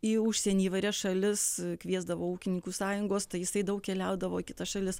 į užsienį įvairias šalis kviesdavo ūkininkų sąjungos tai jisai daug keliaudavo į kitas šalis